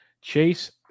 Chase